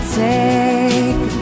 take